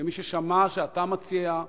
כמי ששמע שאתה מציע,